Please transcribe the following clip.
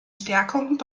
stärkung